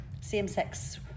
same-sex